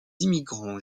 immigrants